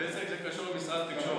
בזק קשור למשרד התקשורת,